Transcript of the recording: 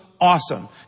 awesome